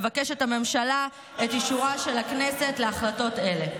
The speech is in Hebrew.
מבקשת הממשלה את אישורה של הכנסת להחלטות אלה.